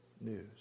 news